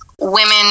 women